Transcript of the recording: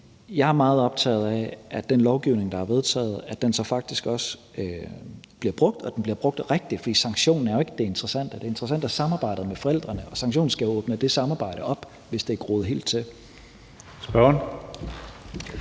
jeg er meget optaget af, at den lovgivning, der er vedtaget, faktisk også bliver brugt, og at den bliver brugt rigtigt, for sanktionen er jo ikke det interessante. Det interessante er samarbejdet med forældrene. Sanktionen skal jo åbne det samarbejde op, hvis det er groet helt til. Kl.